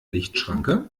lichtschranke